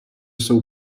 jsou